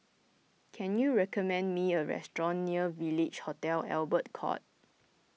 can you recommend me a restaurant near Village Hotel Albert Court